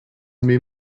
mir